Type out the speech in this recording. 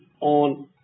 on